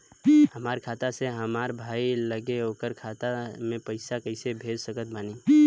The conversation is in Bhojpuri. हमार खाता से हमार भाई लगे ओकर खाता मे पईसा कईसे भेज सकत बानी?